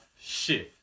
shift